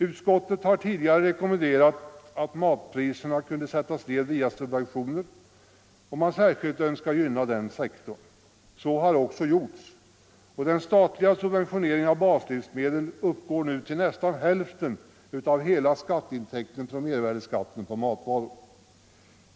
Utskottet har tidigare rekommenderat att matpriserna skall sättas ned via subventioner, om man särskilt önskar gynna den sektorn. Så har också gjorts, och den statliga subventioneringen av baslivsmedel uppgår nu till nästan hälften av hela skatteintäkten från mervärdeskatten på matvaror.